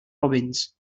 robins